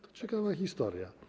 To ciekawa historia.